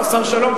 השר שלום,